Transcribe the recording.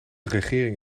regering